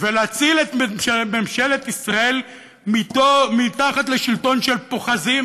ולהציל את ממשלת ישראל מתחת לשלטון של פוחזים